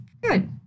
good